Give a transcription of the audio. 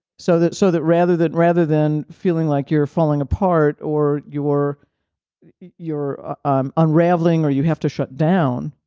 so that so that rather than rather than feeling like you're falling apart, or you're you're um unraveling, or you have to shut down,